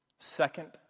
Second